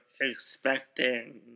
expecting